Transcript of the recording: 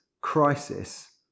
crisis